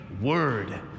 word